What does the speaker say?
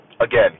Again